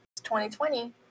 2020